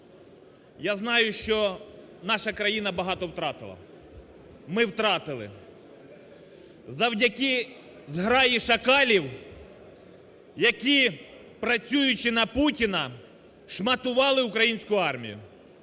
Я знаю, що наша країна багато втратила. Ми втратили завдяки зграї шакалів, які, працюючи на Путіна, шматували українську армію.